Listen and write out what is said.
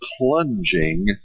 plunging